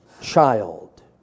child